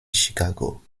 chicago